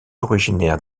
originaires